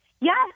yes